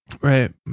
Right